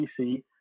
PC